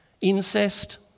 incest